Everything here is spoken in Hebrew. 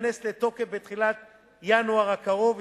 שייכנס לתוקף בתחילת ינואר הקרוב,